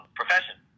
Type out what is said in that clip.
profession